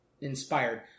inspired